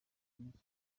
kenshi